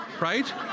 right